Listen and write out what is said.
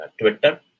twitter